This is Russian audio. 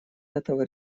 этого